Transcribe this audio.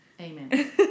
Amen